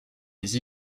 les